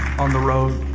on the road.